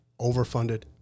overfunded